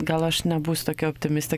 gal aš nebūsiu tokia optimistė